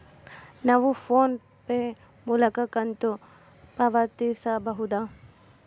ನಾವು PhonePe ಮೂಲಕ ಕಂತು ಪಾವತಿಸಬಹುದಾ?